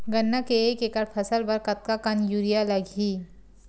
गन्ना के एक एकड़ फसल बर कतका कन यूरिया लगही?